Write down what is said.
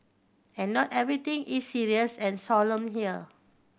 and not everything is serious and solemn here